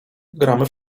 gramy